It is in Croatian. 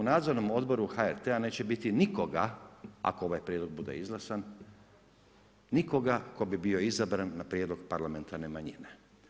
U nadzornom odboru HRT-a neće biti nikoga ako ovaj prijedlog bude izglasan, nikoga tko bi bio izabran na prijedlog parlamentarne manjine.